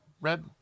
red